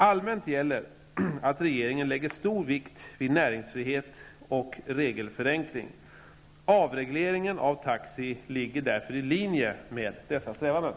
Allmänt gäller att regeringen lägger stor vikt vid näringsfrihet och regelförenkling. Avregleringen av taxi ligger därför i linje med dessa strävanden.